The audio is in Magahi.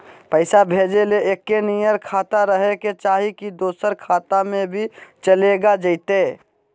पैसा भेजे ले एके नियर खाता रहे के चाही की दोसर खाता में भी चलेगा जयते?